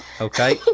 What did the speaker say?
Okay